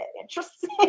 Interesting